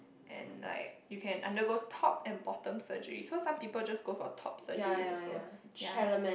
and like you can undergo top and bottom surgery so some people just go for top surgeries also ya